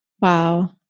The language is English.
Wow